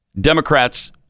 Democrats